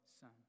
son